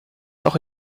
auch